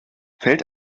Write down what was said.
fällt